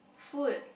food